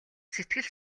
сэтгэл